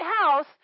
house